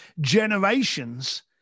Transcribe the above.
generations